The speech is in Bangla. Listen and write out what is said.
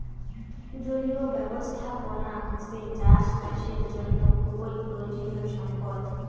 জলীয় ব্যবস্থাপনা হসে চাষ বাসের জন্য খুবই প্রয়োজনীয় সম্পদ